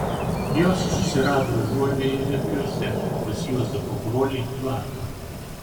jos susirado užuovėją vepriuose pas juozapo brolį vladą